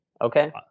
Okay